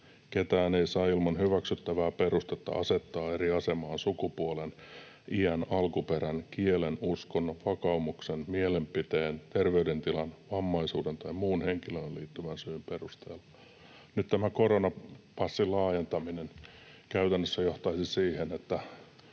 Ketään ei saa ilman hyväksyttävää perustetta asettaa eri asemaan sukupuolen, iän, alkuperän, kielen, uskonnon, vakaumuksen, mielipiteen, terveydentilan, vammaisuuden tai muun henkilöön liittyvän syyn perusteella.” Nyt tämä koronapassin laajentaminen käytännössä johtaisi siihen, että